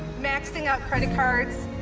maxing out credit cards,